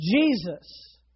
Jesus